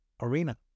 arena